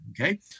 Okay